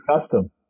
custom